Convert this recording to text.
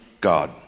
God